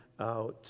out